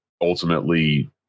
ultimately